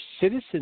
citizens